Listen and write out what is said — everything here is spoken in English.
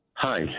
Hi